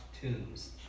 tombs